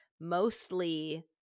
mostly